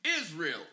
Israel